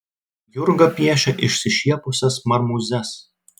jurga piešia išsišiepusias marmūzes